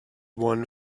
one